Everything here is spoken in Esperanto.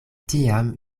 tiam